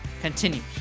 continues